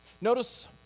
Notice